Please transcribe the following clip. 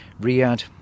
Riyadh